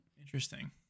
Interesting